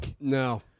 No